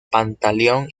pantaleón